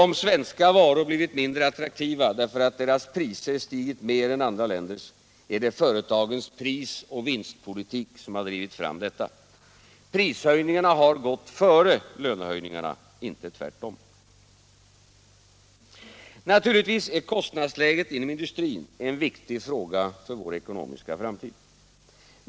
Om svenska varor blivit mindre attraktiva därför att deras priser stigit mer än andra länders, är det företagens prisoch vinstpolitik som har drivit fram detta. Prishöjningarna har gått före lönehöjningarna — inte tvärtom. Naturligtvis är kostnadsläget inom industrin en viktig fråga för vår ekonomiska framtid.